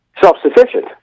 self-sufficient